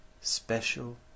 special